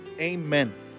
Amen